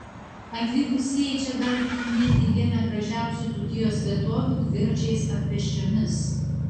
atvykusieji čia gali tyrinėti vieną gražiausių dzūkijos vietovių dviračiais ar pėsčiomis